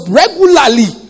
regularly